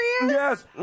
Yes